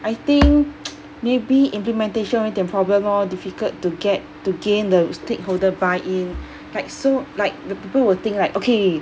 I think maybe implementation 会一点 problem lor difficult to get to gain the stakeholder buy-in like so like the people will think like okay